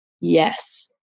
yes